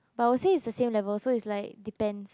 but I will say it's the same level so it's like depends